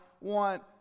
want